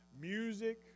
music